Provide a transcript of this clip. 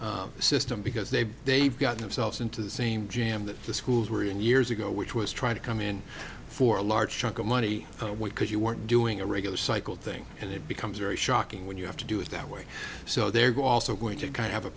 recycling system because they've they've got themselves into the same jam that the schools were in years ago which was trying to come in for a large chunk of money because you weren't doing a regular cycle thing and it becomes very shocking when you have to do it that way so there you go also going to kind of